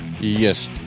Yes